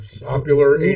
popular